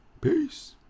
peace